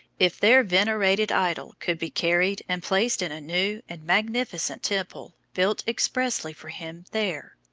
if their venerated idol could be carried and placed in a new and magnificent temple built expressly for him there.